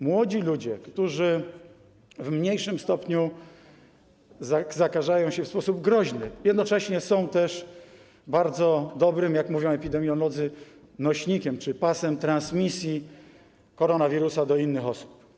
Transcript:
Młodzi ludzie, którzy w mniejszym stopniu zakażają się w sposób groźny, jednocześnie są też bardzo dobrym, jak mówią epidemiolodzy, nośnikiem czy pasem transmisji koronawirusa do innych osób.